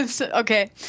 Okay